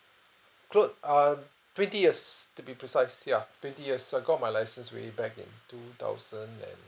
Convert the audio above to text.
close uh twenty years to be precise ya twenty years so I got my licence way back in two thousand and